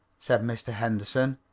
said mr. henderson.